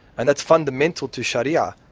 and that's fundamental to sharia,